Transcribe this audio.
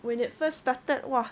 when it first started !wah!